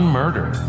murder